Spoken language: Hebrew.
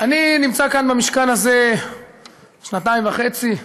אני נמצא כאן במשכן הזה שנתיים וחצי,